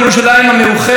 מרים פרץ,